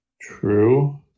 true